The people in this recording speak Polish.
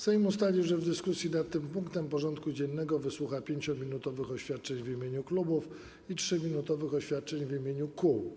Sejm ustalił, że w dyskusji nad tym punktem porządku dziennego wysłucha 5-minutowych oświadczeń w imieniu klubów i 3-minutowych oświadczeń w imieniu kół.